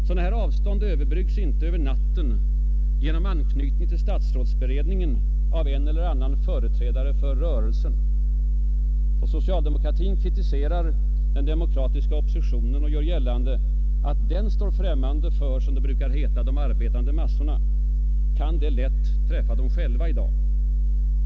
Sådana avstånd överbryggas inte över natten genom anknytning till statsrådsberedningen av en eller annan företrädare för ”rörelsen”. Då socialdemokratin kritiserar den demokratiska oppositionen och gör gällande att den står främmande för, som det brukar heta, ”de arbetande massorna”, kan detta i dag lätt träffa dem själva.